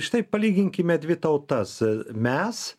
štai palyginkime dvi tautas mes